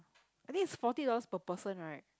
I think is forty dollars per person right